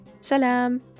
Salam